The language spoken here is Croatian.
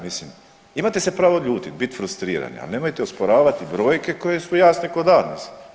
Mislim imate se pravo ljutiti, bit frustrirani ali nemojte osporavati brojke koje su jasne kod dan.